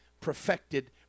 perfected